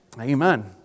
amen